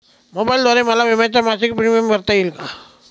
मोबाईलद्वारे मला विम्याचा मासिक प्रीमियम भरता येईल का?